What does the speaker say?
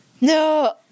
No